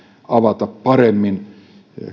avata paremmin